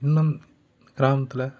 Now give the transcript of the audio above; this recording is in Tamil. இன்னும் கிராமத்தில்